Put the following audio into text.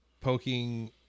poking